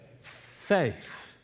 faith